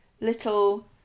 little